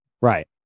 right